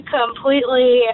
completely